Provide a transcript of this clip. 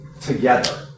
together